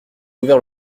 ouvert